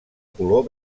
color